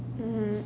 mm